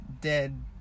dead